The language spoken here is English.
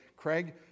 Craig